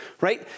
right